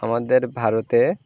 আমাদের ভারতে